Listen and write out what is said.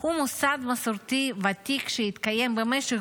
הוא מוסד מסורתי ותיק שהתקיים במשך